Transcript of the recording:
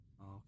Okay